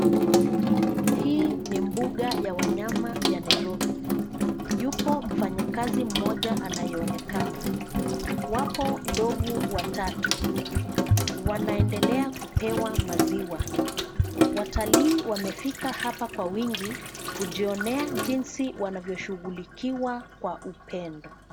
Hii ni mbuga ya wanyama ya Nairobi. Yupo mfanyikazi mmoja anayeonekana. Wapo ndovu watatu. Wanaendelea kupewa maziwa. Watalii wamefika hapa kwa wingi kujionea jinsi wanavyoshughilikiwa kwa upendo.